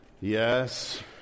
yes